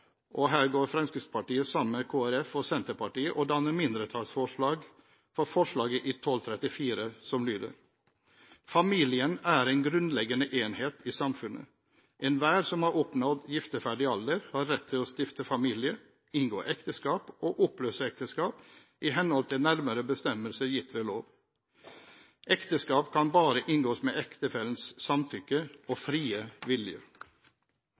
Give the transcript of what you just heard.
og her går Fremskrittspartiet sammen med Kristelig Folkeparti og Senterpartiet og danner mindretallsforslag til forslaget i 12:34, som lyder: «Familien er en grunnleggende enhet i samfunnet. Enhver som har oppnådd gifteferdig alder, har rett til å stifte familie, inngå ekteskap og oppløse ekteskap i henhold til nærmere bestemmelser gitt ved lov. Ekteskap kan bare inngås med ektefellenes samtykke og frie vilje.»